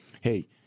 hey